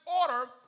order